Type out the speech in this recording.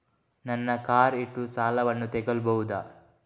ನನ್ನ ಕಾರ್ ಇಟ್ಟು ಸಾಲವನ್ನು ತಗೋಳ್ಬಹುದಾ?